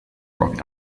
rock